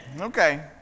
Okay